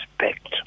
respect